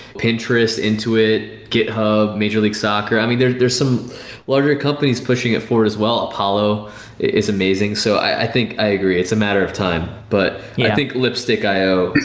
pinterest, intuit, github, major league soccer. i mean, there's there's some larger companies pushing it forward as well apollo is amazing. so i think, i agree. it's a matter of time. but i think lipstick io,